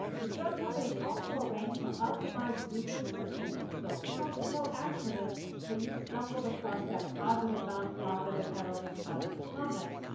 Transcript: the drug company also arranged to optimize google search engine results so it was no accident that you stumbled across that positive non-profit that had all those positive comments.